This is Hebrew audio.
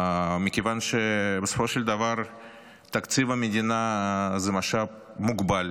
מכיוון שבסופו של דבר תקציב המדינה זה משאב מוגבל,